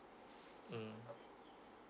mm